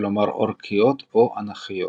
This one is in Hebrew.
כלומר אורכיות או אנכיות.